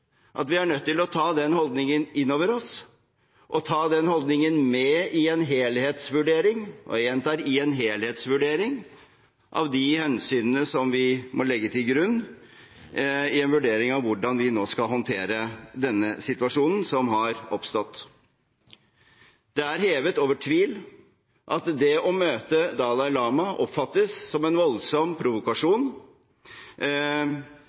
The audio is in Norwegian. at vi er nødt til å ta den holdningen inn over oss, og ta den holdningen med i en helhetsvurdering – og jeg gjentar: i en helhetsvurdering – av de hensynene vi må legge til grunn i en vurdering av hvordan vi nå skal håndtere denne situasjonen som har oppstått. Det er hevet over tvil at det å møte Dalai Lama oppfattes som en voldsom